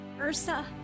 Ursa